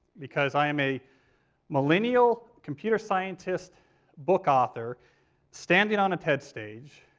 because i am a millennial computer scientist book author standing on a tedx stage,